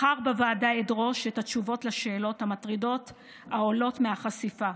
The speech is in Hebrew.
מחר בוועדה אדרוש את התשובות לשאלות המטרידות העולות מהחשיפה.